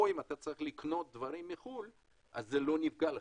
או אם אתה צריך לקנות דברים מחו"ל אז זה לא נפגע לך,